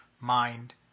mind